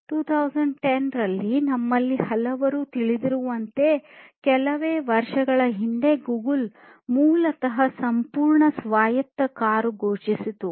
2010 ರಲ್ಲಿ ನಮ್ಮಲ್ಲಿ ಹಲವರು ತಿಳಿದಿರುವಂತೆ ಕೆಲವೇ ವರ್ಷಗಳ ಹಿಂದೆಯೇ ಗೂಗಲ್ ಮೂಲತಃ ಸಂಪೂರ್ಣ ಸ್ವಾಯತ್ತ ಕಾರು ಘೋಷಿಸಿತು